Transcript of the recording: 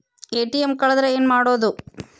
ATM ಕಳದ್ರ ಏನು ಮಾಡೋದು?